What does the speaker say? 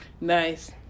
Nice